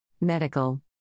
Medical